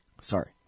sorry